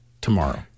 tomorrow